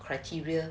criteria